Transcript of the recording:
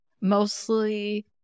mostly